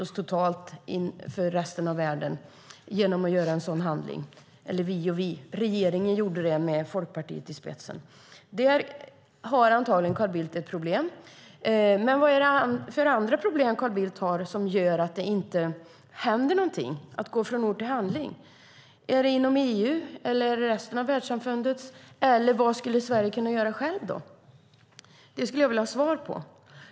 Regeringen, med Folkpartiet i spetsen, skämde i och med det ut sig inför resten av världen genom denna handling. Där har Carl Bildt antagligen ett problem. Men vilka andra problem har Carl Bildt som gör att det inte händer någonting och att man inte går från ord till handling? Är det problem inom EU eller i resten av världssamfundet, och vad skulle Sverige självt kunna göra? Det skulle jag vilja ha svar på.